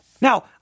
Now